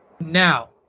Now